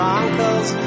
uncles